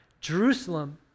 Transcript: Jerusalem